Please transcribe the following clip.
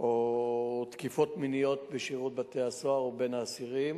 או תקיפות מיניות בשירות בתי-הסוהר ובין האסירים?